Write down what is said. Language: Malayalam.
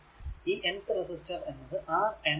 ഈ nth റെസിസ്റ്റർ എന്നത് R n ആണ്